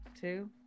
Two